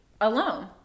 alone